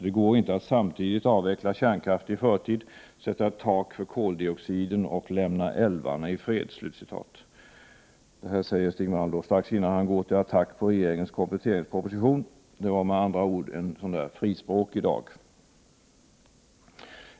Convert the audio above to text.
Det går inte att samtidigt avveckla kärnkraft i förtid, sätta ett tak för koldioxiden och lämna älvarna i fred.” Detta säger alltså Stig Malm strax innan han går till attack mot regeringens kompletteringsproposition. Då hade han med andra ord en frispråkig dag.